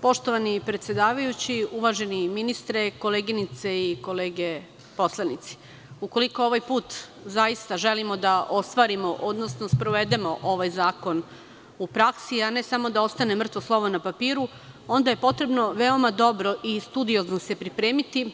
Poštovani predsedavajući, uvaženi ministre, koleginice i kolege poslanici, ukoliko ovaj put zaista želimo da ostvarimo, odnosno sprovedemo ovaj zakon u praksi, a ne samo da ostane mrtvo slovo na papiru, onda je potrebno veoma dobro i studiozno se pripremiti,